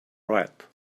riot